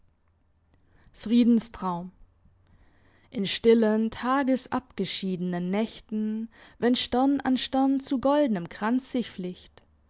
in stillen tagesabgeschiednen nächten wenn stern an stern zu goldnem kranz sich